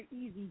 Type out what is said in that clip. easy